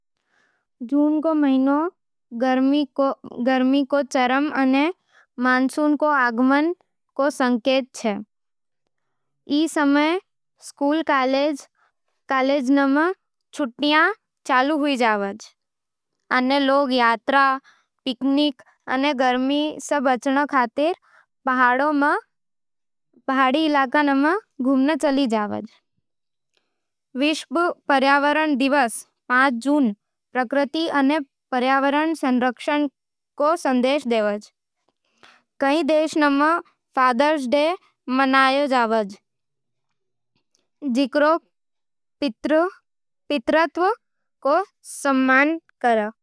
जून रो महीनो गर्मी रो चरम अने मानसून रो आगमन रो संकेत होवे। ई समय स्कूल-कॉलेजां में छुट्टियां चलती होवे, अने लोग यात्रा, पिकनिक अने गर्मी सै बचण खातर पहाड़ी इलाकां जावै। विश्व पर्यावरण दिवस पाँच जून प्रकृति अने पर्यावरण संरक्षण रो संदेश देवै। कई देशों में फादर्स डे मनावै जावे, जिकरो पितृत्व रो सम्मान करज। कुछ जगह मानसून री पहली बारिश राहत लावै, अने खेतां में नई फसल रोबी जावै। जून महीनो गर्मी, छुट्टी अने बदलाव रो संकेत देवै।